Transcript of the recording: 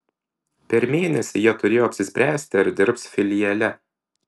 per mėnesį jie turėjo apsispręsti ar dirbs filiale